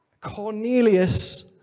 Cornelius